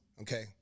okay